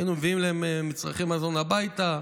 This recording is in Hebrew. היינו מביאים להם מצרכי מזון הביתה,